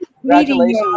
congratulations